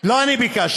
לא אני ביקשתי,